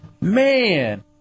Man